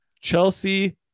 chelsea